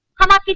come on,